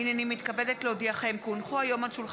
ההצעה להעביר לוועדה את הצעת חוק-יסוד: